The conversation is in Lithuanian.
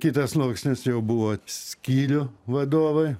kitas sluoksnis jau buvo skyrių vadovai